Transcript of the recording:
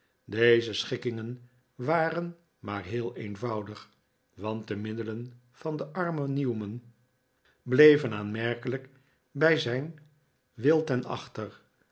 deze s'chikkingen waren maar heel eenvoudig want de middelen van den armen newman bleven aanmerkelijk bij zijn wil ten achter